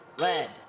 red